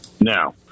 Now